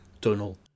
tunnel